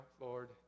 Lord